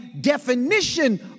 definition